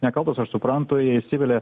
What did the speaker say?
nekaltas aš suprantu jie įsivelia